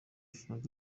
frank